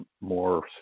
more